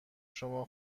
شما